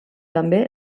també